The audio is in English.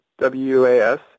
WUAS